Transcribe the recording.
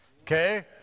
okay